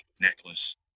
necklace